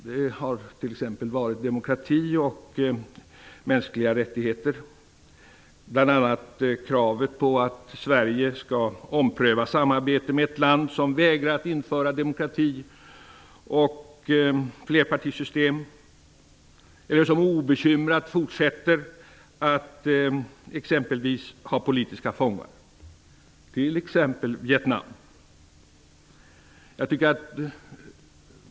Det har t.ex. varit demokrati och mänskliga rättigheter, bl.a. kravet på att Sverige skall ompröva samarbetet med ett land som vägrar införa demokrati och flerpartisystem eller som obekymrat fortsätter att ha politiska fångar -- t.ex. Vietnam.